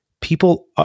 people